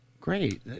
Great